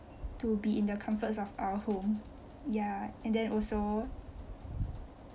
to be in the comforts of our home ya and then also